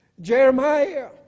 Jeremiah